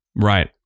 Right